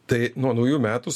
tai nuo naujų metų